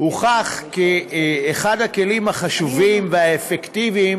הוכח כאחד הכלים החשובים והאפקטיביים